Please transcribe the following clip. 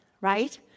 right